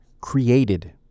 created